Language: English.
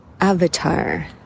avatar